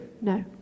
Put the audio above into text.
no